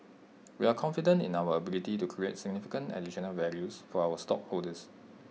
we are confident in our ability to create significant additional values for our stockholders